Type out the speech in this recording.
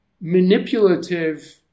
manipulative